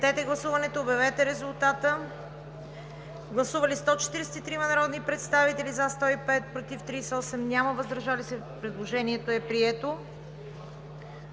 Прекратете гласуването и обявете резултата. Гласували 143 народни представители: за 105, против 38, въздържали се няма. Предложението е прието.